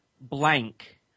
blank